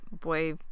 boy